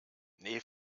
nee